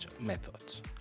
methods